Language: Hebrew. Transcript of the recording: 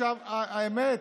האמת,